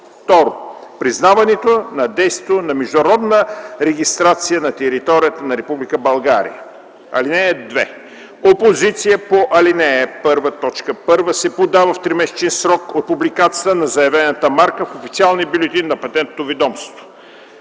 2. признаването на действието на международна регистрация на територията на Република България. (2) Опозиция по ал. 1, т. 1 се подава в тримесечен срок от публикацията на заявената марка в официалния бюлетин на Патентното ведомство.